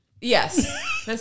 Yes